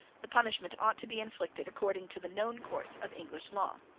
the punishment ought to be inflicted according to the known course of english law.